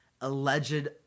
alleged